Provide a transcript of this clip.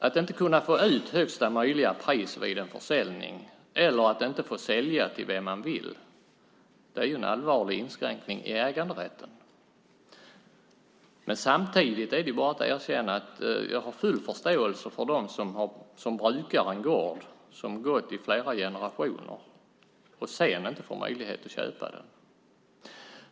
Att inte kunna få ut högsta möjliga pris vid en försäljning eller att inte få sälja till vem man vill är en allvarlig inskränkning i äganderätten. Samtidigt är det bara att erkänna att jag har full förståelse för dem som brukar en gård som har gått i flera generationer och sedan inte får möjlighet att köpa den.